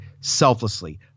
selflessly